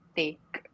take